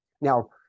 Now